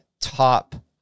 top